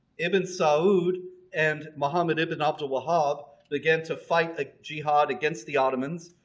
ibn saud and muhammad ibn abdul wahab began to fight a jihad against the ottomans,